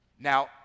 Now